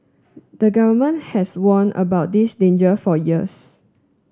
the Government has warned about this danger for years